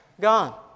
gone